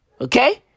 Okay